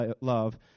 love